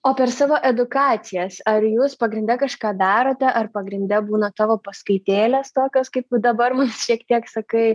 o per savo edukacijas ar jūs pagrinde kažką darote ar pagrinde būna tavo paskaitėlės tokios kaip dabar mums šiek tiek sakai